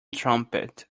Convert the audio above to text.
trumpet